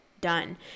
done